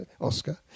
Oscar